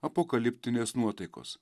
apokaliptinės nuotaikos